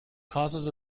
causes